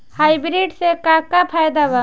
Hybrid से का का फायदा बा?